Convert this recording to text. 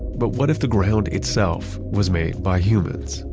but what if the ground itself was made by humans.